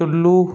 Tullu